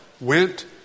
went